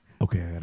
okay